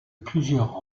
plusieurs